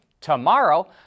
Tomorrow